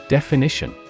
Definition